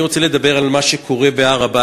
אני רוצה לדבר על מה שקורה בהר-הבית,